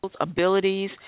abilities